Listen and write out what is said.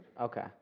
Okay